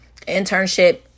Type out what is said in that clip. internship